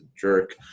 jerk